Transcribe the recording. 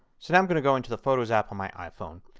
so now i'm going to go into the photos app on my iphone.